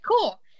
cool